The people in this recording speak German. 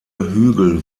hügel